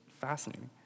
Fascinating